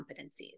competencies